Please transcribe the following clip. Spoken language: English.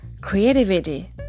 creativity